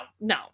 no